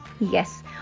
Yes